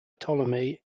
ptolemy